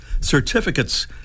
certificates